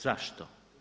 Zašto?